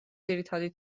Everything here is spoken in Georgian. ძირითადი